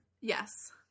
Yes